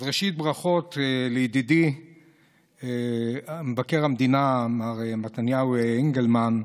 אז ראשית ברכות לידידי מבקר המדינה מר מתניהו אנגלמן,